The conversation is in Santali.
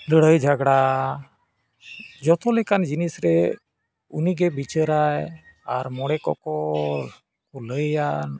ᱞᱟᱹᱲᱦᱟᱹᱭ ᱡᱷᱚᱜᱽᱲᱟ ᱡᱚᱛᱚ ᱞᱮᱠᱟᱱ ᱡᱤᱱᱤᱥ ᱨᱮ ᱩᱱᱤᱜᱮ ᱵᱤᱪᱟᱹᱨᱟᱭ ᱟᱨ ᱢᱚᱲᱮ ᱠᱚᱠᱚ ᱞᱟᱹᱭᱟ